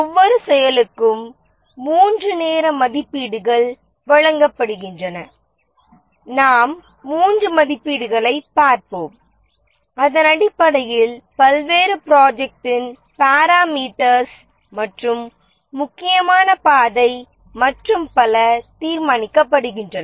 ஒவ்வொரு செயலுக்கும் மூன்று நேர மதிப்பீடுகள் வழங்கப்படுகின்றன நாம் மூன்று மதிப்பீடுகளைப் பார்ப்போம் அதன் அடிப்படையில் பல்வேறு ப்ரொஜெக்ட்டின் பராமீட்டர்ஸ் மற்றும் முக்கியமான பாதை மற்றும் பல தீர்மானிக்கப்படுகின்றன